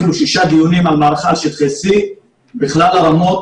אפילו בשישה דיונים על המערכה על שטחי C בכלל הרמות,